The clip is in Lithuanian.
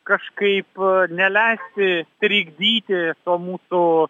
kažkaip neleisti trikdyti mūsų